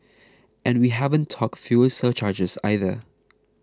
and we haven't talked fuel surcharges either